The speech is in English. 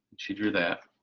she drew that,